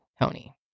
Tony